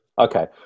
okay